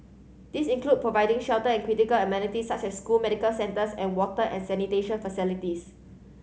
this include providing shelter and critical amenities such as school medical centres and water and sanitation facilities